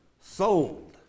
sold